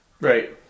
right